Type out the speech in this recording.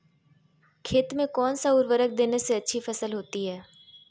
खेत में कौन सा उर्वरक देने से अच्छी फसल होती है?